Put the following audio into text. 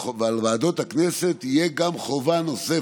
על ועדות הכנסת תהיה גם חובה נוספת,